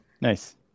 nice